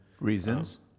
reasons